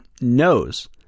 knows